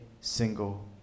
single